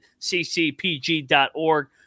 ccpg.org